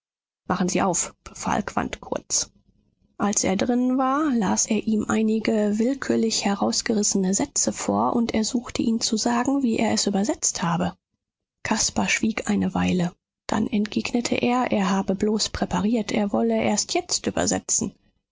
machen sie auf befahl quandt kurz als er drinnen war las er ihm einige willkürlich herausgerissene sätze vor und ersuchte ihn zu sagen wie er es übersetzt habe caspar schwieg eine weile dann entgegnete er er habe bloß präpariert er wolle erst jetzt übersetzen